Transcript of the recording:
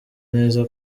neza